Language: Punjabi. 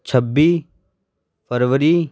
ਛੱਬੀ ਫਰਵਰੀ